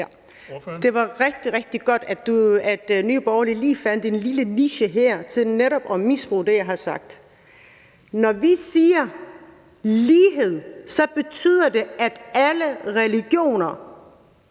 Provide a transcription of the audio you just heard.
Det var rigtig, rigtig godt, at Nye Borgerlige lige fandt et lille hjørne her til netop at misbruge det, jeg har sagt. Når vi siger lighed, betyder det, at alle religioner